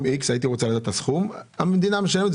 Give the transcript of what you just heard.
איקס והייתי רוצה לדעת את הסכום והמדינה משלמת,